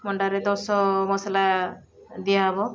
ମଣ୍ଡାରେ ଦଶ ମସଲା ଦିଆହବ